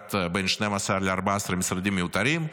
סגירת בין 12 ל-14 משרדים מיותרים.